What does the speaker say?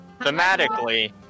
Thematically